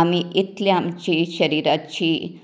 आमी इतली आमची शरिरीची